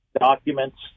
documents